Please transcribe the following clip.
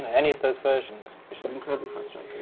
any of those versions, which is incredibly frustrating.